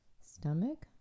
stomach